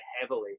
heavily